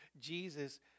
Jesus